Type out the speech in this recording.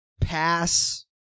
pass